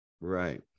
Right